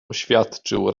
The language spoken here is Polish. oświadczył